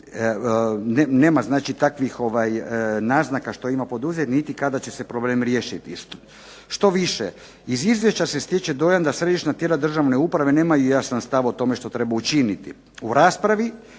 znači takvih naznaka što ima poduzeti, niti kada će se problem riješiti. Štoviše, iz izvješća se stiče dojam da središnja tijela državne uprave nemaju jasan stav o tome što treba učiniti. U raspravi